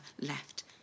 left